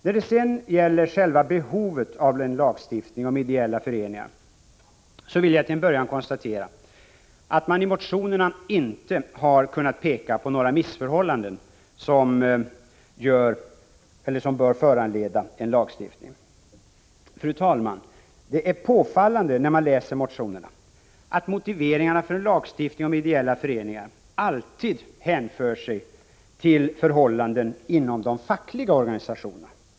När det sedan gäller själva behovet av en lagstiftning om ideella föreningar vill jag till en början konstatera att man i motionerna inte har kunnat peka på några missförhållanden, som bör föranleda en lagstiftning. Fru talman! När man läser motionerna är det påfallande att motiveringarna för lagstiftning om ideella föreningar alltid berör förhållanden inom de fackliga organisationerna.